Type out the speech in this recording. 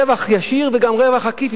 רווח ישיר וגם רווח עקיף,